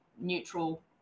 neutral